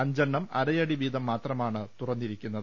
അഞ്ചെണ്ണം അരയടി വീതം മാത്രമാണ് തുറന്നിരിക്കുന്നത്